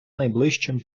найближчим